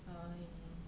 err and